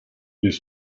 his